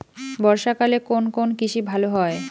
বর্ষা কালে কোন কোন কৃষি ভালো হয়?